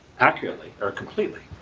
accurately or completely,